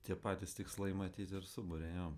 tie patys tikslai matyt ir suburia jo